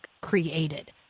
created